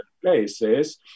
places